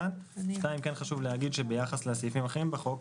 כן חשוב להגיד שביחס לסעיפים האחרים בחוק,